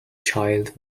child